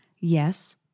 yes